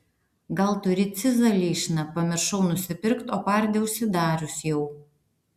gal turi cizą lyčną pamiršau nusipirkt o pardė užsidarius jau